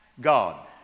God